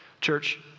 Church